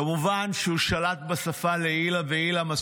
כמובן שהוא שלט בשפה לעילא ולעילא.